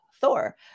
Thor